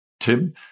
Tim